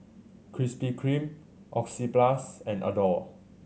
Krispy Kreme Oxyplus and Adore